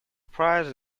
prize